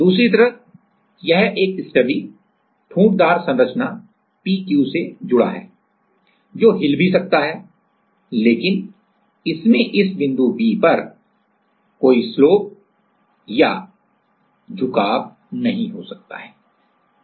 दूसरी तरफ यह एक स्टबी ठूंठदार संरचना p q से जुड़ा है जो हिल भी सकता है लेकिन इसमें इस बिंदु B पर ढलान या झुकाव नहीं हो सकता है